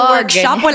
Workshop